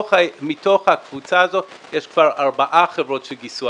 מתוך הקבוצה הזאת יש כבר ארבע חברות שגייסו,